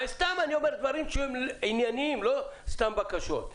אני אומר דברים שהם ענייניים, לא סתם בקשות.